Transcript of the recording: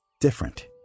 different